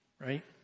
Right